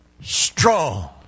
strong